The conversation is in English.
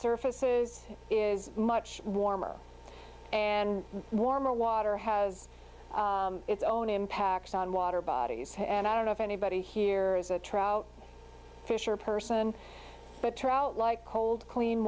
surfaces is much warmer and warmer water has its own impacts on water bodies and i don't know if anybody here is a trout fish or person but trout like cold clean